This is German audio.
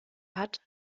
hat